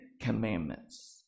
Commandments